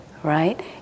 Right